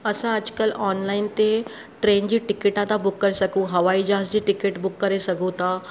असां अॼु कल्हि ऑनलाइन ते ट्रेन जी टिकेटां था बुक करे सघूं हवाई जहाज़ जी टिकेट बुक करे सघूं था